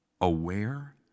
aware